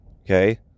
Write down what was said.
Okay